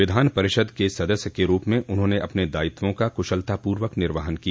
विधान परिषद के सदस्य के रूप में उन्होंने अपने दायित्वों का कुशलतापूर्वक निर्वहन किया